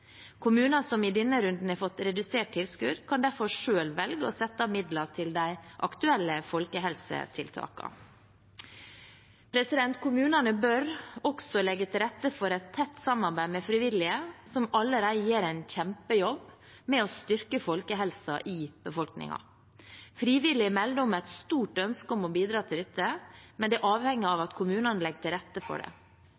Kommuner som i denne runden har fått redusert tilskudd, kan derfor selv velge å sette av midler til de aktuelle folkehelsetiltakene. Kommunene bør også legge til rette for et tett samarbeid med frivillige, som allerede gjør en kjempejobb med å styrke folkehelsen i befolkningen. Frivillige melder om et stort ønske om å bidra til dette, men det avhenger av